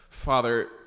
Father